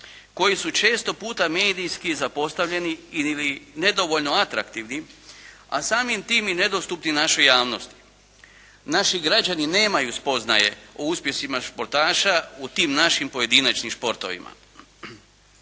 koji su često puta medijski zapostavljeni ili nedovoljno atraktivni, a samim tim i nedostupni našoj javnosti. Naši građani nemaju spoznaje o uspjesima športaša u tim našim pojedinačnim športovima.